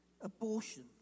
Abortion